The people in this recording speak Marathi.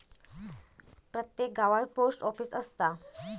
प्रत्येक गावात पोस्ट ऑफीस असता